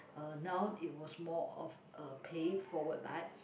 uh now it was more of a pay forward but